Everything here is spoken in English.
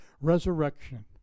resurrection